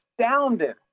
astounded